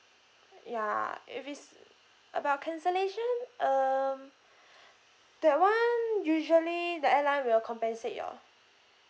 ya if it's about cancellation um that one usually the airline will compensate your